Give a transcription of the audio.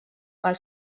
pel